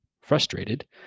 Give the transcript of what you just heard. frustrated